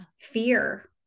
fear